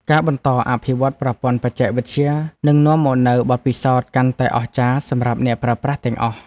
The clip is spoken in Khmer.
ការបន្តអភិវឌ្ឍប្រព័ន្ធបច្ចេកវិទ្យានឹងនាំមកនូវបទពិសោធន៍កាន់តែអស្ចារ្យសម្រាប់អ្នកប្រើប្រាស់ទាំងអស់។